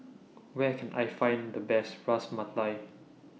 Where Can I Find The Best Ras Malai